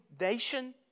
nation